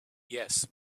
yes